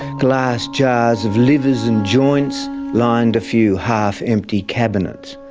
glass jars of livers and joints lined a few half empty cabinets,